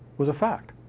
was a fact.